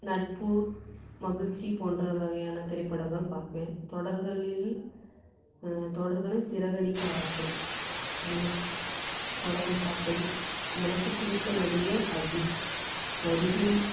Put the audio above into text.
நட்பு மகிழ்ச்சி போன்ற வகையான திரைப்படங்கள் பார்ப்பேன் தொடர்களில் தொடர்களில் சிறகு அடிக்க ஆசை அந்த தொடரை பாப்பேன் எனக்கு பிடித்த நடிகர் அஜித் நடிகை